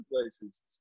places